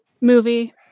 movie